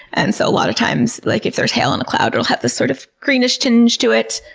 and so a lot of times like if there's hail in the cloud it'll have this sort of greenish tinge to it.